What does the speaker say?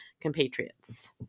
compatriots